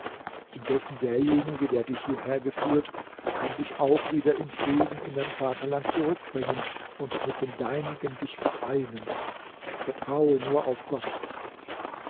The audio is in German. indessen derjenige der dich hierher geführt kann dich auch wieder in frieden in dein vaterland zurückbringen und mit den deinigen dich vereinen vertraue nur auf gott